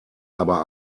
aber